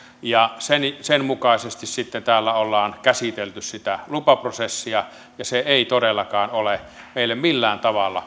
sen mukaisesti sitten täällä ollaan käsitelty sitä lupaprosessia ja se ei todellakaan ole meille millään tavalla